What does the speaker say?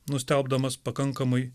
nustelbdamas pakankamai